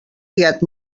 guiat